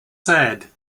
said